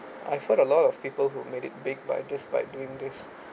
I've heard a lot of people who made it big by just by doing this